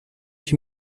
ich